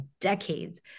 decades